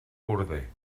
corder